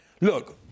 Look